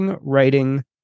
writing